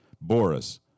Boris